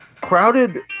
Crowded